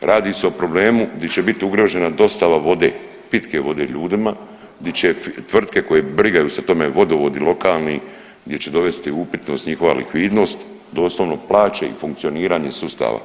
radi se o problemu gdje će biti ugrožena dostava vode, pitke vode ljudima, di će tvrtke koje brigaju se tome vodovodi lokalni gdje će dovesti upitnost njihova likvidnost, doslovno plaće i funkcioniranje sustava.